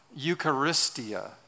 eucharistia